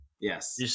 Yes